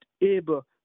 able